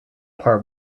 part